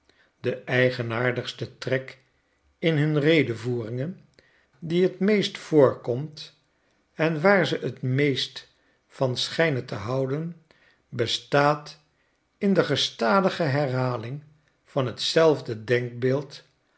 de eigenaardigste trek in hun redevoeringen die het meest voorkomt en waar ze t meest van schijnen te houden bestaat in de gestadige herhaling van